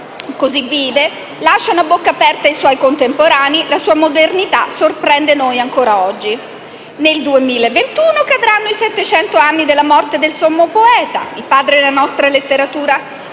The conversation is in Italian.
così vive lasciano a bocca aperta i suoi contemporanei. La sua modernità sorprende noi ancora oggi. Nel 2021 cadranno i settecento anni dalla morte del sommo poeta, il padre della nostra letteratura,